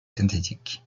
synthétique